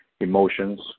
emotions